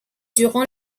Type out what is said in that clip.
durant